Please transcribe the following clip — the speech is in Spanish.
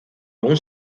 aun